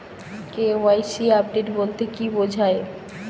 KYC update বলতে কি বোঝায়?